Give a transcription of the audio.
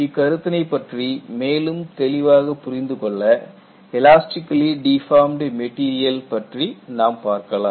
இக்கருத்தினை பற்றி மேலும் தெளிவாக புரிந்துகொள்ள எலாஸ்டிகல்லி டிஃபார்ம்ட் மெட்டீரியல் பற்றி நாம் பார்க்கலாம்